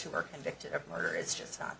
who are convicted of murder is